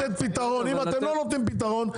אתם צריכים לתת פתרון.